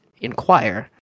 inquire